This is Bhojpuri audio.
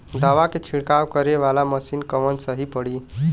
दवा के छिड़काव करे वाला मशीन कवन सही पड़ी?